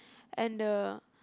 and the